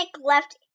left